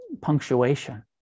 punctuation